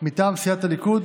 מטעם סיעת הליכוד: